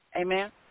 Amen